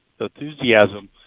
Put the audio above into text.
enthusiasm